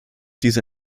diese